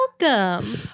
Welcome